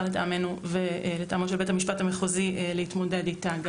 לטעמנו ולטעמו של בית המשפט המחוזי להתמודד איתה.